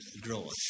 growth